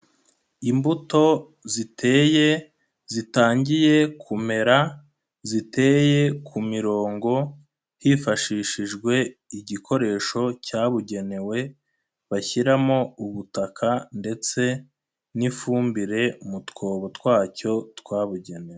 Imbuto ziteye zitangiye kumera ziteye ku mirongo hifashishijwe igikoresho cyabugenewe bashyiramo ubutaka ndetse n'ifumbire mu twobo twacyo twabugenewe.